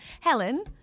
Helen